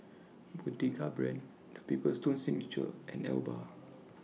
Pagoda Brand The Paper Stone Signature and Alba